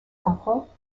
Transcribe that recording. comprends